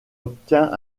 obtient